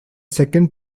second